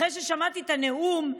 אחרי ששמעתי את הנאום,